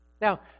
Now